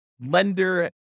lender